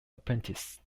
apprentice